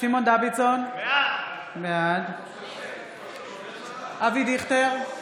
סימון דוידסון, בעד אבי דיכטר,